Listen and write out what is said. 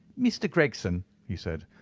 mr. gregson, he said,